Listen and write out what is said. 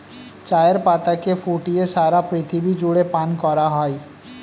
চায়ের পাতাকে ফুটিয়ে সারা পৃথিবী জুড়ে পান করা হয়